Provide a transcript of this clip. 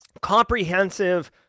comprehensive